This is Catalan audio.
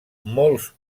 molts